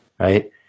right